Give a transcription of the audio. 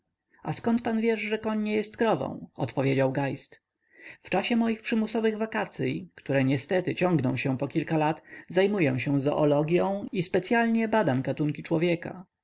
a zkąd pan wiesz że koń nie jest krową odpowiedział geist w czasie moich przymusowych wakacyj które niestety ciągną się po kilka lat zajmuję się zoologią i specyalnie badam gatunek człowieka